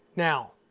now,